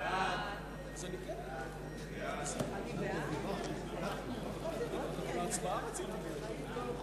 ההצעה להעביר את הצעת חוק למניעת הטרדה מינית (תיקון,